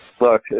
look